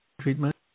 treatment